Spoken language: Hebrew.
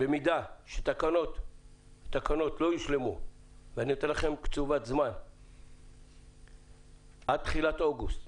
אם תקנות לא יושלמו עד תחילת אוגוסט